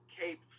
Cape